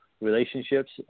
relationships